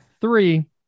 three